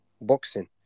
boxing